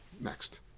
Next